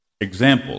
Examples